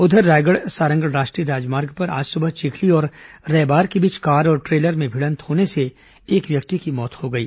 उधर रायगढ़ सांरगढ़ राष्ट्रीय राजमार्ग पर आज सुबह चिखली और रैबार के बीच कार और ट्रेलर में भिडंत होने से एक व्यक्ति की मौत हो गई